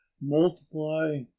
multiply